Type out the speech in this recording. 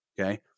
Okay